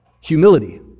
Humility